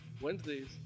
Wednesdays